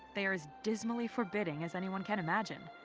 they are as dismally forbidding as anyone can imagine.